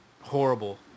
Horrible